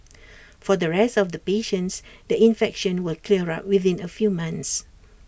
for the rest of the patients the infection will clear up within A few months